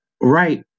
right